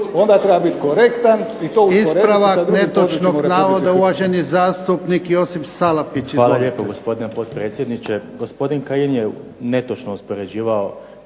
Onda treba biti korektan i to usporediti sa drugim područjima